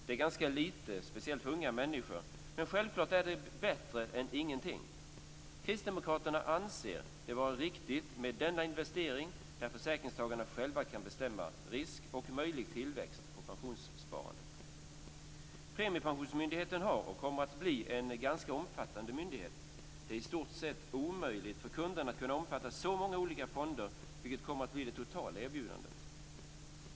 Det är ganska lite, speciellt för unga människor, men självklart är det bättre än ingenting. Kristdemokraterna anser det vara riktigt med denna investering där försäkringstagarna själva kan bestämma risk och möjlig tillväxt på pensionssparandet. Premiepensionsmyndigheten kommer att bli en ganska omfattande myndighet. Det är i stort sett omöjligt för kunderna att omfatta så många olika fonder som det totala erbjudandet kommer att bli.